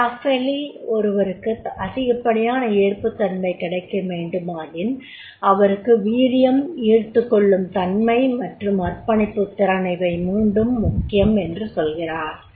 Schaufeli ஒருவருக்கு அதிகப்படியான ஏற்புத்தன்மை கிடைக்கவேண்டுமாயின் அவருக்கு வீரியம் ஈர்த்துக்கொள்ளும் தன்மை மற்றும் அர்ப்பணிப்புத்திறன் இவை மூன்றும் மிக முக்கியம் என்கிறார்